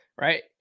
right